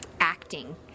acting